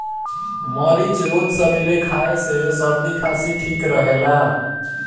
मरीच रोज सबेरे खाए से सरदी खासी ठीक रहेला